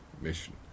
mission